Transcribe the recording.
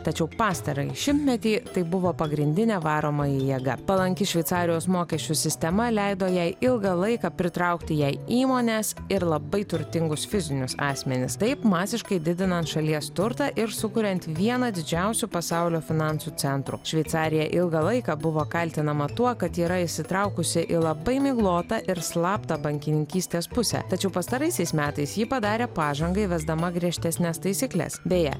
tačiau pastarąjį šimtmetį tai buvo pagrindinė varomoji jėga palanki šveicarijos mokesčių sistema leido jai ilgą laiką pritraukti jai įmones ir labai turtingus fizinius asmenis taip masiškai didinant šalies turtą ir sukuriant vieną didžiausių pasaulio finansų centrų šveicarija ilgą laiką buvo kaltinama tuo kad yra įsitraukusi į labai miglotą ir slaptą bankininkystės pusę tačiau pastaraisiais metais ji padarė pažangą įvesdama griežtesnes taisykles beje